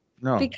No